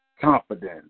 confidence